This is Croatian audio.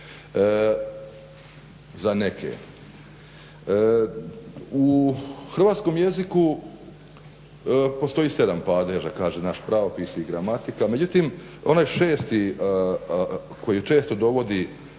U hrvatskom jeziku postoji 7 padeža kaže naš pravopis i gramatika, međutim onaj šesti koji često dovodi ako